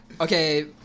Okay